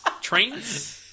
Trains